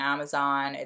Amazon